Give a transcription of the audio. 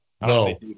No